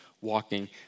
walking